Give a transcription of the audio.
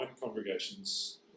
congregations